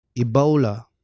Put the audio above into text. Ebola